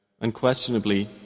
Unquestionably